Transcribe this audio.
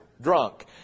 drunk